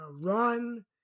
Run